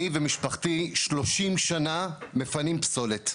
אני ומשפחתי, 30 שנים מפנים פסולת.